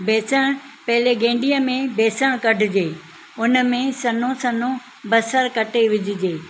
बेसणु पहिले गेंडीअ में बेसणु कढिजे हुन में सन्हो सन्हो बसर कटे विझिजे